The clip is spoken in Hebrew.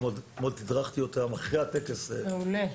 אתמול תדרכתי אותם אחרי הטקס -- מעולה.